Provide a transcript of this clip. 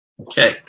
Okay